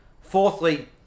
Fourthly